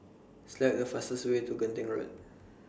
Select The fastest Way to Genting Road